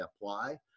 apply